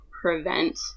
prevent